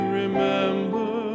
remember